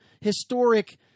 historic